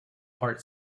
part